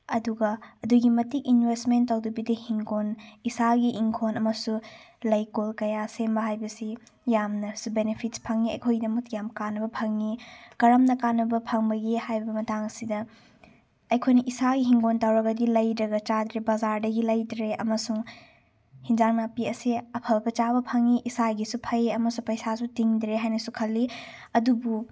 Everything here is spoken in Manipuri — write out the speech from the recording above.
ꯑꯗꯨꯒ ꯑꯗꯨꯒꯤ ꯃꯇꯤꯛ ꯏꯟꯚꯦꯁꯃꯦꯟ ꯇꯧꯗꯕꯤꯗ ꯍꯤꯡꯒꯣꯟ ꯏꯁꯥꯒꯤ ꯏꯪꯈꯣꯟ ꯑꯃꯁꯨ ꯂꯩꯀꯣꯜ ꯀꯌꯥ ꯁꯦꯝꯕ ꯍꯥꯏꯕꯁꯤ ꯌꯥꯝꯅꯁꯨ ꯕꯤꯅꯤꯐꯤꯠꯁ ꯐꯪꯉꯤ ꯑꯩꯈꯣꯏꯒꯤꯗꯃꯛ ꯌꯥꯝ ꯀꯥꯅꯕ ꯐꯪꯉꯤ ꯀꯔꯝꯅ ꯀꯥꯅꯕ ꯐꯪꯕꯒꯦ ꯍꯥꯏꯕ ꯃꯇꯥꯡ ꯑꯁꯤꯗ ꯑꯩꯈꯣꯏꯅ ꯏꯁꯥꯒꯤ ꯍꯤꯡꯒꯣꯟ ꯇꯧꯔꯕꯗꯤ ꯂꯩꯔꯒ ꯆꯥꯗ꯭ꯔꯦ ꯕꯖꯥꯔꯗꯒꯤ ꯂꯩꯗ꯭ꯔꯦ ꯑꯃꯁꯨꯡ ꯍꯤꯟꯖꯥꯡ ꯅꯥꯄꯤ ꯑꯁꯦ ꯑꯐꯕ ꯆꯥꯕ ꯐꯪꯉꯤ ꯏꯁꯥꯒꯤꯁꯨ ꯐꯩ ꯑꯃꯁꯨꯡ ꯄꯩꯁꯥꯁꯨ ꯇꯤꯡꯗ꯭ꯔꯦ ꯍꯥꯏꯅꯁꯨ ꯈꯜꯂꯤ ꯑꯗꯨꯕꯨ